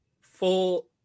full